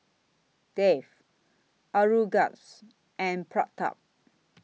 Dev Aurangzeb and Pratap